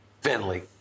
Finley